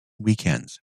weekends